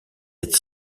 est